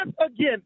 again